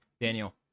daniel